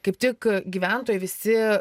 kaip tik gyventojai visi